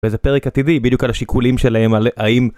וזה פרק עתידי, בדיוק על השיקולים שלהם על האם...